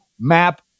map